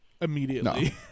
immediately